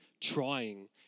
trying